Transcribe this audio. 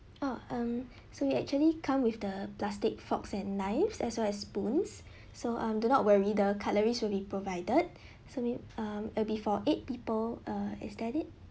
oh um so it actually come with the plastic forks and knives as well as spoons so um do not worry the cutleries will be provided so may um uh it will be for eight people uh is that it